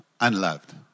unloved